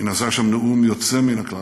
היא נשאה שם נאום יוצא מן הכלל